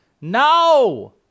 no